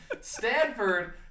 Stanford